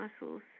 muscles